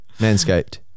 Manscaped